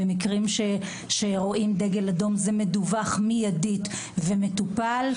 במקרה שרואים דגל אדום זה מדווח מיידית ומטופל.